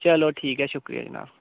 चलो ठीक ऐ शुक्रिया जनाब